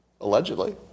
Allegedly